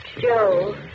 Joe